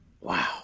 Wow